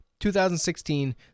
2016